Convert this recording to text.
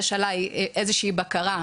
ויש עליי איזושהי בקרה.